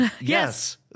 Yes